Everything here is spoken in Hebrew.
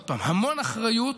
עוד פעם, המון אחריות,